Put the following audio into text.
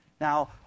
Now